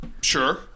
sure